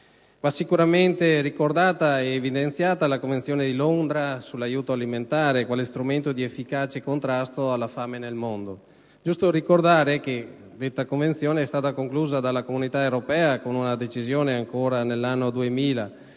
Va sicuramente ricordata e evidenziata la Convenzione di Londra sull'aiuto alimentare quale strumento di efficace contrasto alla fame nel mondo. È giusto ricordare che detta Convenzione è stata conclusa dalla Comunità europea con decisione n. 421 del 2000